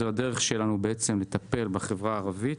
זאת הדרך שלנו לטפל בחברה הערבית,